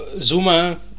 Zuma